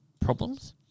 problems